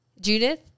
Judith